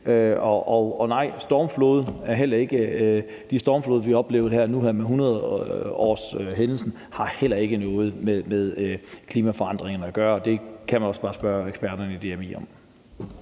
og de stormfloder, vi har oplevet, bl.a. nu her med 100-årshændelsen, har heller ikke noget med klimaforandringerne at gøre. Det kan man også bare spørge eksperterne i DMI om.